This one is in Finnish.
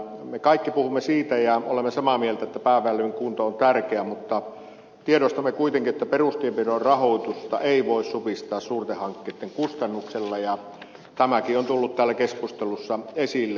me kaikki puhumme siitä ja olemme samaa mieltä että pääväylien kunto on tärkeä mutta tiedostamme kuitenkin että perustienpidon rahoitusta ei voi supistaa suurten hankkeiden kustannuksella ja tämäkin on tullut täällä keskustelussa esille